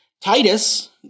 Titus